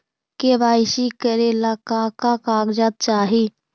KYC करे ला का का कागजात चाही?